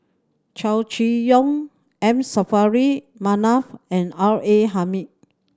Chow Chee Yong M Saffri Manaf and R A Hamid